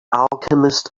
alchemist